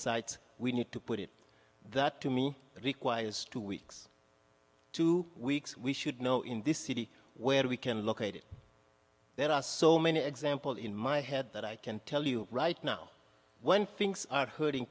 sites we need to put it that to me requires two weeks two weeks we should know in this city where we can locate it there are so many example in my head that i can tell you right now when things are hurting